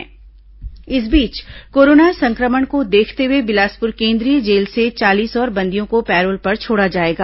jail बंदी parole इस बीच कोरोना संक्रमण को देखते हुए बिलासपुर केन्द्रीय जेल से चालीस और बंदियों को पैरोल पर छोड़ा जाएगा